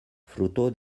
fruto